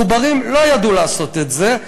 ואולי פחות מחוברים, לא ידעו לעשות את זה.